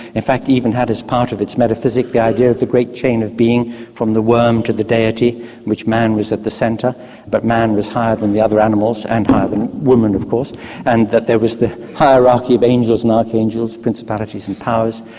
in fact even had as part of its metaphysic the idea of the great chain of being from the worm to the deity in which man was at the centre but man was higher than the other animals and higher than women of course and that there was the hierarchy of angels and archangels, principalities and powers.